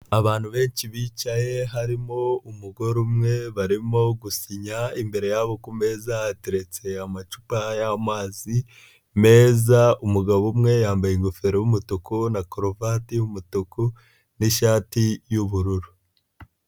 Abantu benshi bicaye harimo umugore umwe barimo gusinya, imbere yabo ku meza hateretse amacupa y'amazi meza, umugabo umwe yambaye ingofero y'umutuku na karuvati y'umutuku n'ishati y'ubururu.